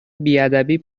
بیادبی